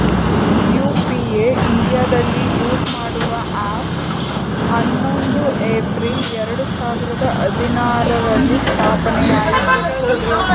UPI ಇಂಡಿಯಾದಲ್ಲಿ use ಮಾಡುವ app ಹನ್ನೊಂದು ಏಪ್ರಿಲ್ ಎರಡು ಸಾವಿರದ ಹದಿನಾರುರಲ್ಲಿ ಸ್ಥಾಪನೆಆಯಿತು